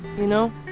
you know?